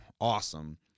awesome